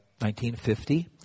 1950